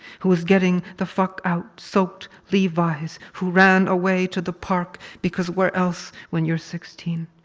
who was getting the fuck out soaked levi's. who ran away to the park because where else when you're sixteen.